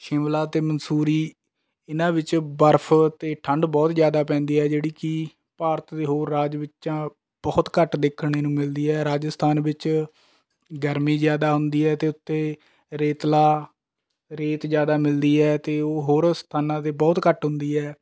ਸ਼ਿਮਲਾ ਅਤੇ ਮਨਸੂਰੀ ਇਹਨਾਂ ਵਿੱਚ ਬਰਫ ਅਤੇ ਠੰਡ ਬਹੁਤ ਜ਼ਿਆਦਾ ਪੈਂਦੀ ਹੈ ਜਿਹੜੀ ਕਿ ਭਾਰਤ ਦੇ ਹੋਰ ਰਾਜ ਵਿੱਚ ਬਹੁਤ ਘੱਟ ਦੇਖਣ ਨੂੰ ਮਿਲਦੀ ਹੈ ਰਾਜਸਥਾਨ ਵਿੱਚ ਗਰਮੀ ਜ਼ਿਆਦਾ ਹੁੰਦੀ ਹੈ ਅਤੇ ਉੱਥੇ ਰੇਤਲਾ ਰੇਤ ਜ਼ਿਆਦਾ ਮਿਲਦੀ ਹੈ ਅਤੇ ਉਹ ਹੋਰ ਸਥਾਨਾਂ 'ਤੇ ਬਹੁਤ ਘੱਟ ਹੁੰਦੀ ਹੈ